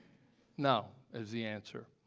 no is the answer.